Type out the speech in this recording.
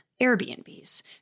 Airbnbs